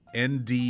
nd